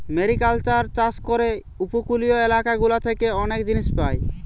mariculture চাষ করে উপকূলীয় এলাকা গুলা থেকে অনেক জিনিস পায়